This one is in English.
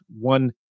one